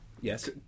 Yes